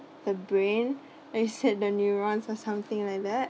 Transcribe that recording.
the brain you said the neurons or something like that